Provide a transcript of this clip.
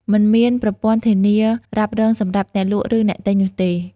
មិនមានប្រព័ន្ធធានារ៉ាប់រងសម្រាប់អ្នកលក់ឬអ្នកទិញនោះទេ។